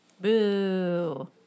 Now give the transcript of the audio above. Boo